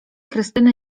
krystyny